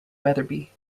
wetherby